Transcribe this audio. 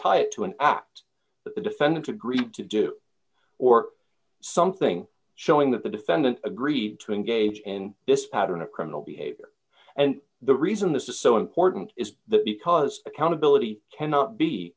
high to an act the defendant agreed to do or something showing that the defendant agreed to engage in this pattern of criminal behavior and the reason this is so important is that because accountability cannot be